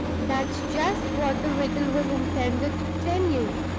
that's just what the riddle was intended to tell you!